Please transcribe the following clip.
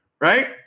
right